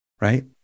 right